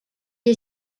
est